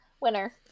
Winner